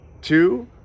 Two